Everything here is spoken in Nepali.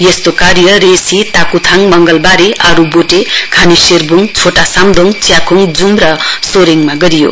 यस्तो कार्य रेसी ताक्थाङ मंगलवारे आरुवोटे खानीशेरख्ङ छोटा साम्दोङ च्याख्ङ जूम र सोरेडमा गरियो